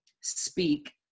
Speak